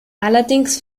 allerdings